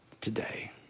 today